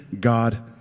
God